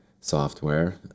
software